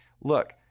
look